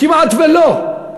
כמעט שלא.